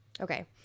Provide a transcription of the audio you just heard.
Okay